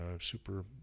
super